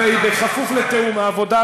זה כפוף לתיאום עם העבודה,